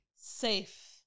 safe